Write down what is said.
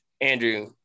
andrew